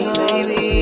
baby